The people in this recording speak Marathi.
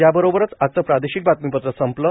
याबरोबरच आजचं प्रार्दोशक बातमीपत्र संपलं